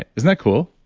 isn't that cool?